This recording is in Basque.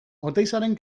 oteizaren